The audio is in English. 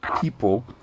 people